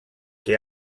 che